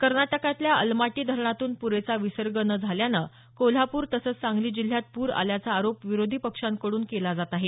कर्नाटकातल्या अलमाटी धरणातून पुरेसा विसर्ग न झाल्यानं कोल्हापूर तसंच सांगली जिल्ह्यात पूर आल्याचा आरोप विरोधी पक्षांकडून केला जात आहे